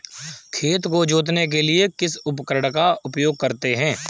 खेत को जोतने के लिए किस उपकरण का उपयोग करते हैं?